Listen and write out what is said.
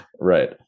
Right